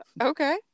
Okay